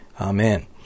Amen